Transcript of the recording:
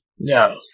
No